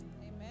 Amen